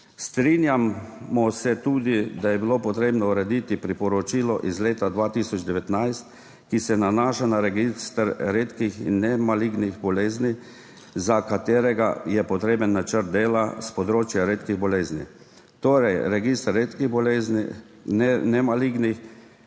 Strinjamo se tudi, da je bilo potrebno urediti priporočilo iz leta 2019, ki se nanaša na register redkih in nemalignih bolezni, za katerega je potreben načrt dela s področja redkih bolezni. Torej register nemalignih